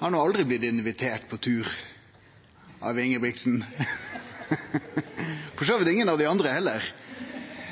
har no aldri blitt invitert på tur av statsråd Ingebrigtsen , for så vidt ikkje av nokon av dei andre heller. Så det var jo interessant. Statsråden ønskte oss god ulv eller god jul på vegner av